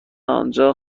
آنجا